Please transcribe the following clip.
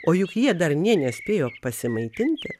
o juk jie dar nė nespėjo pasimaitinti